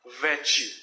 virtue